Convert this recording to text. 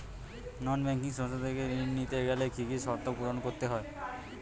নন banking সংস্থা থেকে ঋণ নিতে গেলে কি কি শর্ত পূরণ করতে হয়?